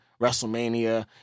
WrestleMania